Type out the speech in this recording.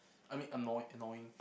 I mean annoy annoying